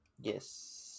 Yes